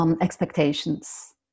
expectations